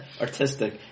Artistic